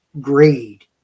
greed